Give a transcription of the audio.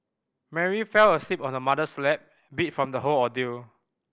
Mary fell asleep on her mother's lap beat from the whole ordeal